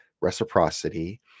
reciprocity